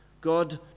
God